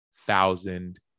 thousand